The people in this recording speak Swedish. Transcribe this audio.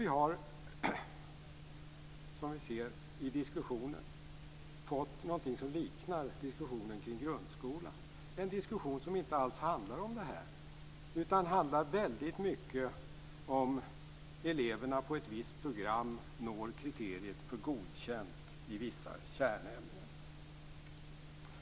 Vi har fått en diskussion som liknar diskussionen kring grundskolan. Det är en diskussion som inte alls handlar om detta. Den handlar i stället väldigt mycket om huruvida eleverna på ett visst program når kriteriet för betyget Godkänd i vissa kärnämnen.